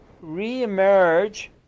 re-emerge